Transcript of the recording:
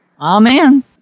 Amen